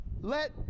Let